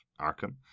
Arkham